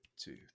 Two